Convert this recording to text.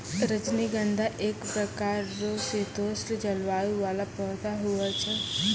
रजनीगंधा एक प्रकार रो शीतोष्ण जलवायु वाला पौधा हुवै छै